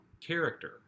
character